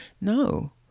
No